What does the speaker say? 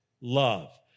love